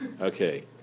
Okay